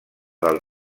del